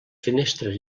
finestres